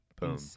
Boom